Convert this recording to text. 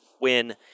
win